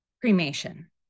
cremation